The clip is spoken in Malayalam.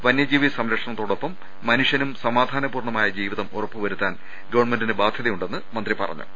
വനൃജീവിസംരക്ഷണ ത്തോടൊപ്പം മനുഷ്യനും സമാധാനപൂർണമായ ജീവിതം ഉറപ്പുവരുത്താൻ ഗവൺമെന്റിന് ബാധ്യതയുണ്ടെന്ന് മന്ത്രി പറഞ്ഞു